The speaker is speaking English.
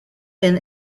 been